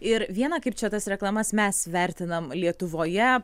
ir viena kaip čia tas reklamas mes vertinam lietuvoje